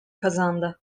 kazandı